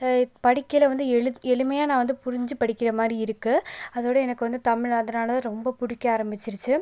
படிக்கையில் வந்து எளிமையில் எளிமையாக நான் வந்து புரிஞ்சு படிக்கின்ற மாதிரி இருக்குது அதோடய எனக்கு வந்து தமிழ் அதனால் ரொம்ப பிடிக்க ஆரமிச்சுடுச்சி